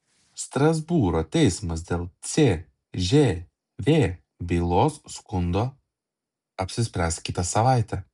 strasbūro teismas dėl cžv bylos skundo apsispręs kitą savaitę